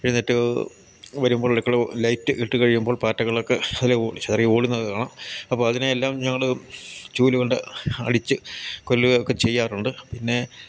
എഴുന്നേറ്റ് വരുമ്പോൾ അടുക്കള ലൈറ്റ് ഇട്ടു കഴിയുമ്പോൾ പാറ്റകളൊക്കെ അതിലെ ഓടി ചിതറി ഓടുന്നത് കാണാം അപ്പോൾ അതിനെ എല്ലാം ഞങ്ങൾ ചൂലുകൊണ്ട് അടിച്ചു കൊല്ലുകയൊക്കെ ചെയ്യാറുണ്ട് പിന്നെ